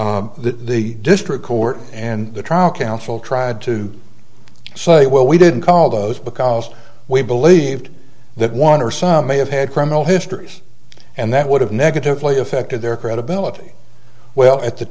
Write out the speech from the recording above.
that the district court and the trial counsel tried to say well we didn't call those because we believed that one or some may have had criminal histories and that would have negatively affected their credibility well at the